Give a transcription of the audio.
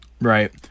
Right